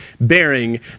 bearing